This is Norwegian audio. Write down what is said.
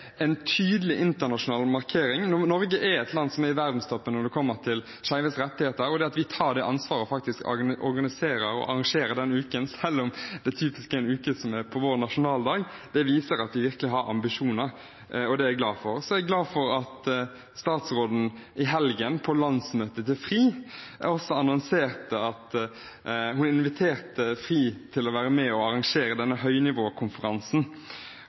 en tydelig internasjonal markering. Norge er et land som er i verdenstoppen når det gjelder skeives rettigheter, og det at vi tar det ansvaret og faktisk organiserer og arrangerer det den uken, selv om det er uken med vår nasjonaldag, viser at vi virkelig har ambisjoner. Det er jeg glad for. Så er jeg glad for at statsråden på landsmøtet til FRI i helgen også annonserte at hun inviterte FRI til å være med og arrangere denne